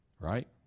right